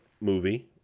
movie